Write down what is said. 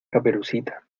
caperucita